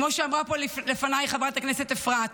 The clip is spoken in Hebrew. כמו שאמרה פה לפניי חברת הכנסת אפרת,